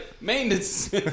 maintenance